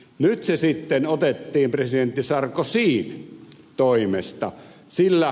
nyt se sitten otettiin presidentti sarkozyn toimesta esille